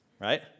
right